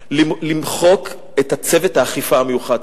קודם כול למחוק את צוות האכיפה המיוחד.